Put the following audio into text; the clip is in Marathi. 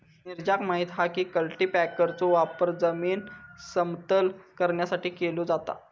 नीरजाक माहित हा की कल्टीपॅकरचो वापर जमीन समतल करण्यासाठी केलो जाता